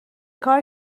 کار